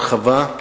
הרחבה,